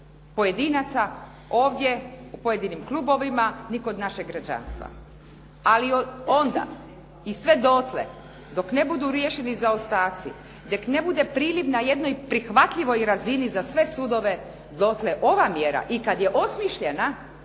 pojedinaca ovdje u pojedinim klubovima, ni kod našeg građanstva. Ali onda i sve dotle dok ne budu riješeni zaostaci, dok ne bude priliv na jednoj prihvatljivoj razini za sve sudove dotle ova mjera i kad je osmišljena